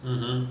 mmhmm